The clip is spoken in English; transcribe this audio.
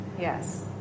Yes